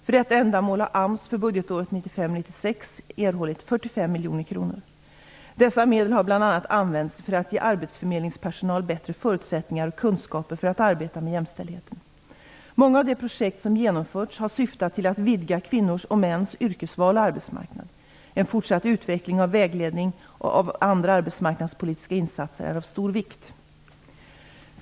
För detta ändamål har AMS Dessa medel har bl.a. använts för att ge arbetsförmedlingspersonal bättre förutsättningar och kunskaper för att arbeta med jämställdheten. Många av de projekt som genomförts har syftat till att vidga kvinnors och mäns yrkesval och arbetsmarknad. En fortsatt utveckling av vägledning och av andra arbetsmarknadspolitiska insatser är av stor vikt.